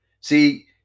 See